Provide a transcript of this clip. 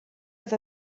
oedd